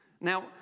now